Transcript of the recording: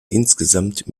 insgesamt